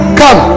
come